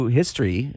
history